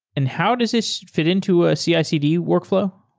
and how does this fit into a cicd workflow?